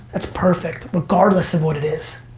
that's perfect, regardless of what it is.